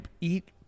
eat